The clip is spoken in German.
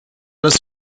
das